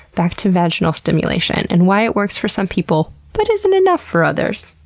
back to vaginal stimulation and why it works for some people but isn't enough for others.